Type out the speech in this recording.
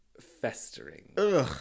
festering